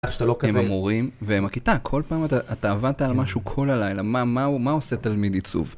איך שאתה... המורים ועם הכיתה, כל פעם אתה עבדת על משהו כל הלילה, מה עושה תלמיד עיצוב?